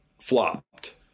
flopped